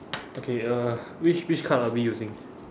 okay uh which which card are we using